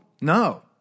No